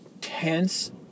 tense